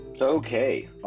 Okay